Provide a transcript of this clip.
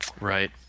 right